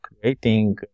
creating